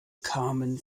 carmen